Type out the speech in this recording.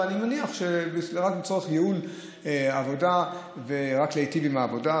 אבל אני מניח שרק לצורך ייעול העבודה ורק להיטיב עם העבודה.